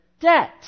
debt